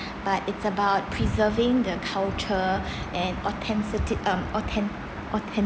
but it's about preserving the culture and authency~ um authen~ authen~